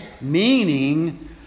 meaning